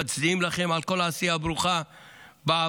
מצדיעים לכם על כל העשייה הברוכה בעבר,